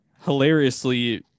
hilariously